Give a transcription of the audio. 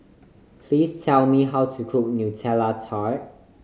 please tell me how to cook Nutella Tart